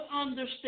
understand